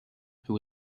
who